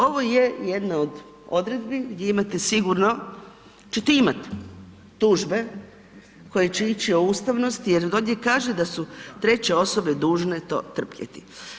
Ovo je jedna od odredbi gdje imate sigurno, ćete imat tužbe koje će isti o ustavnosti jer ovdje kaže da su treće osobe dužne to trpjeti.